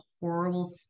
horrible